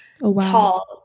tall